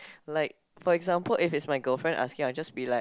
like for example if it's my girlfriend asking I'll just be like